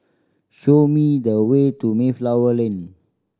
show me the way to Mayflower Lane